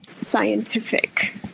scientific